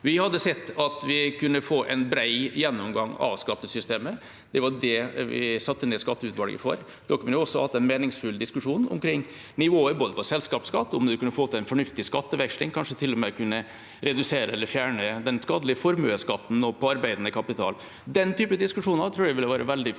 Vi hadde sett at vi kunne fått en bred gjennomgang av skattesystemet. Det var det vi satte ned skatteutvalget for. Da kunne vi også hatt en meningsfull diskusjon omkring nivået på selskapsskatt, om vi kunne fått en fornuftig skatteveksling og kanskje til og med kunne redusere eller fjerne den skadelige formuesskatten på arbeidende kapital. Den typen diskusjoner tror jeg vil være veldig formålstjenlig,